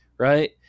Right